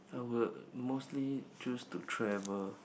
I would mostly choose to travel